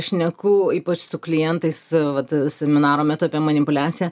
šneku ypač su klientais vat seminaro metu apie manipuliaciją